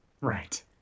right